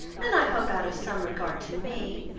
and i hope out of some regard to me,